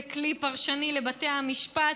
זה כלי פרשני לבתי המשפט.